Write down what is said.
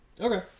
Okay